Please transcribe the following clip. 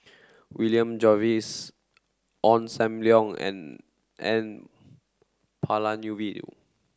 William Jervois Ong Sam Leong and N Palanivelu